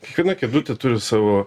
kiekviena kėdutė turi savo